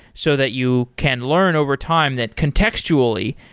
so that you can learn over time that contextually,